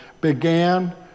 began